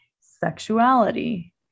sexuality